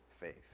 faith